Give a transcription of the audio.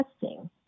testing